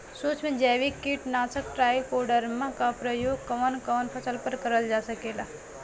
सुक्ष्म जैविक कीट नाशक ट्राइकोडर्मा क प्रयोग कवन कवन फसल पर करल जा सकेला?